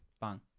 bang